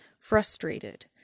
frustrated